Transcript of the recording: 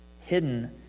hidden